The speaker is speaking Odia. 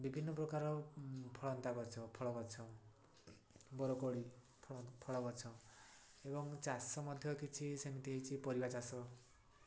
ବିଭିନ୍ନ ପ୍ରକାର ଫଳନ୍ତା ଗଛ ଫଳ ଗଛ ବର କୋଳି ଫଳ ଗଛ ଏବଂ ଚାଷ ମଧ୍ୟ କିଛି ସେମିତି ହେଇଛି ପରିବା ଚାଷ